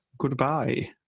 Goodbye